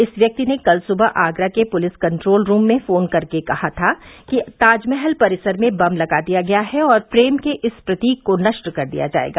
इस व्यक्ति ने कल सुबह आगरा के पुलिस कट्रोल रूम में फोन करके कहा था कि ताजमहल परिसर में बम लगा दिया गया है और प्रेम के इस प्रतीक को नष्ट कर दिया जाएगा